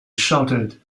shouted